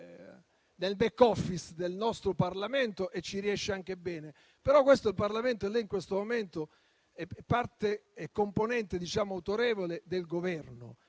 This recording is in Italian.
di *back office* nel nostro Parlamento e ci riesce anche bene, ma questo è il Parlamento e lei in questo momento è componente autorevole del Governo.